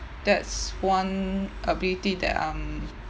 that's one ability that I'm